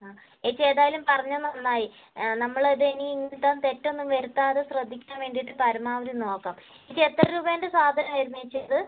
ആ ചേച്ചി ഏതായാലും പറഞ്ഞത് നന്നായി നമ്മൾ അത് ഇനി ഇങ്ങനത്തെ തെറ്റ് ഒന്നും വരുത്താതെ ശ്രദ്ധിക്കാൻ വേണ്ടിയിട്ട് പരമാവധി നോക്കാം ഇത് എത്ര രൂപൻ്റെ സാധനമായിരുന്നു ചേച്ചി ഇത്